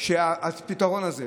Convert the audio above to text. שהפתרון הזה,